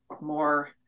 more